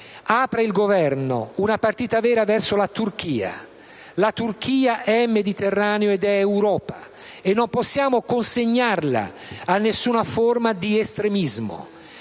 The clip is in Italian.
apra il Governo una partita vera verso la Turchia. La Turchia è Mediterraneo ed è Europa, e non possiamo consegnarla a nessuna forma di estremismo.